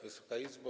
Wysoka Izbo!